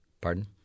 Pardon